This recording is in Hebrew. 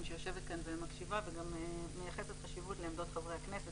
- שיושבת כאן ומקשיבה וגם מייחסת חשיבות לעמדות חברי הכנסת,